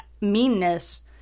meanness